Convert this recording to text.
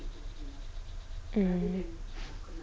mm